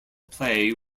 play